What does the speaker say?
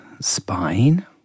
spine